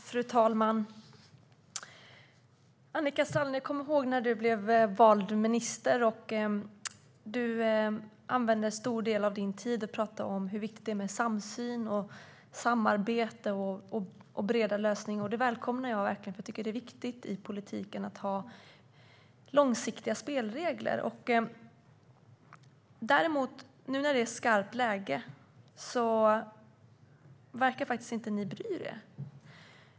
Fru talman! Jag kommer ihåg när Annika Strandhäll blev utsedd till minister. Hon använde då en stor del av sin tid till att prata om hur viktigt det är med samsyn, samarbete och breda lösningar. Det välkomnar jag verkligen, för jag tycker att det är viktigt att ha långsiktiga spelregler i politiken. Men nu när det är skarpt läge verkar ni faktiskt inte bry er.